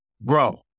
bro